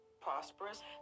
prosperous